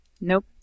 Nope